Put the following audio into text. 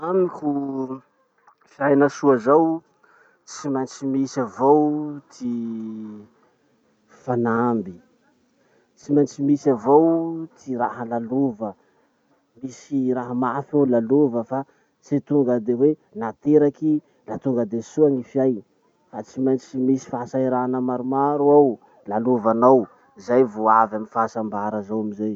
Amiko fiaina soa zao tsy maintsy misy avao ty fanamby, tsy maintsy misy avao ty raha lalova. Misy raha mafy ao lalova fa tsy tonga de hoe nateraky da tonga de soa gny fiay. Fa tsy maintsy misy fahasahirana maromaro ao lalovanao. Zay vo avy amy fahasambara zao amizay.